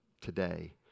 today